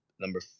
Number